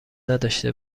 نداشته